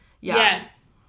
Yes